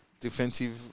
defensive